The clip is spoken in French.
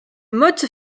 motte